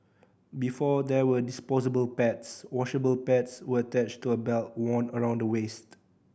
before there were disposable pads washable pads were attached to a belt worn around the waist